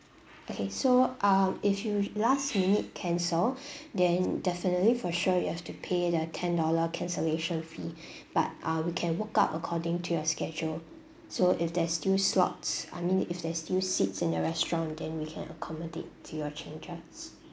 okay so uh if you last minute cancel then definitely for sure you have to pay the ten dollar cancellation fee but uh we can work out according to your schedule so if there's still slots I mean if there's still seats in the restaurant then we can accommodate to your changes